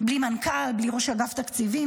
בלי מנכ"ל, בלי ראש אגף תקציבים?